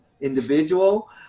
individual